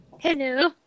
Hello